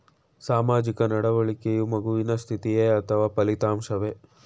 ಸಾಮಾಜಿಕ ನಡವಳಿಕೆಯು ಮಗುವಿನ ಸ್ಥಿತಿಯೇ ಅಥವಾ ಫಲಿತಾಂಶವೇ?